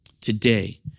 today